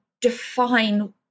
define